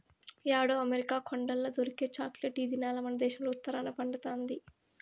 యాడో అమెరికా కొండల్ల దొరికే చాక్లెట్ ఈ దినాల్ల మనదేశంల ఉత్తరాన పండతండాది